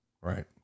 Right